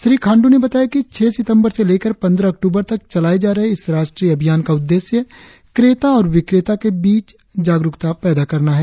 श्री खांडू ने बताया कि छह सितम्बर से लेकर पंद्रह अक्टूबर तक चलाए जा रहे इस राष्ट्रीय अभियान का उद्देश्य क्रेता और विक्रेता के बीस जागरुकता पैदा करना है